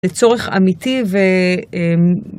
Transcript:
לצורך אמיתי. ו אמ..